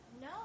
No